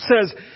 says